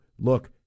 Look